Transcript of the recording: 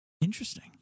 Interesting